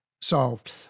solved